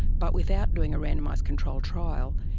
but without doing a randomised control trial,